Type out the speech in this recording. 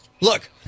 Look